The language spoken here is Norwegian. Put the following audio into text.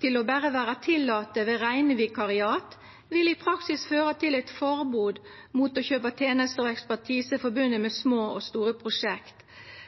berre å vera tillate ved reine vikariat vil i praksis føra til eit forbod mot å kjøpa tenester og ekspertise i samband med små og store prosjekt